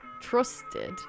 trusted